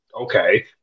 okay